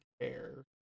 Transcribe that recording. care